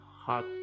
hot